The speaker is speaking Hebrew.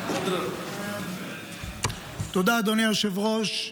תודה, אדוני היושב-ראש.